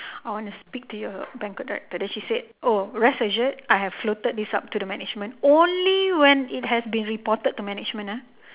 I want to speak to your banquet director then she said oh rest assured I have floated this up to the management only when it has been reported to management ah